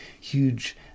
huge